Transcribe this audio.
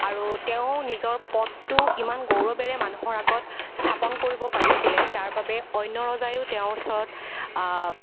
আৰু তেওঁ নিজৰ পদটো ইমান গৌৰৱেৰে মানুহৰ আগত স্থাপন কৰিব পাৰিছিলে যাৰ বাবে অন্য় ৰজায়েও তেওঁৰ ওচৰত